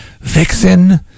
Vixen